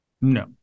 No